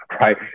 right